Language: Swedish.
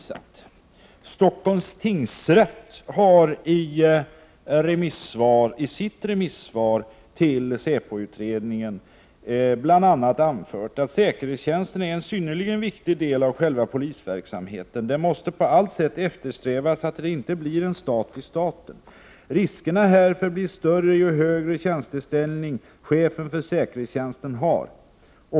Stockholms tingsrätt har i sitt remissvar till säpoutredningen bl.a. anfört att säkerhetstjänsten är en synnerligen viktig del av själva polisverksamheten. Det måste på allt sätt eftersträvas att den inte blir en stat i staten. Riskerna härför blir större ju högre tjänsteställning chefen för säkerhetstjänsten har.